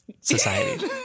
society